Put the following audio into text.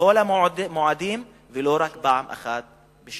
בכל המועדים ולא רק פעם אחת בשנה.